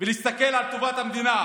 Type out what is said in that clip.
ולהסתכל על טובת המדינה,